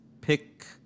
pick